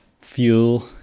fuel